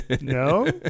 no